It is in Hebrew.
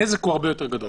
הנזק הוא הרבה יותר גדול.